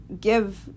give